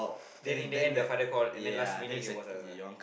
then in the end the father call and then last minute there was a